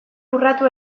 urratu